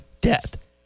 death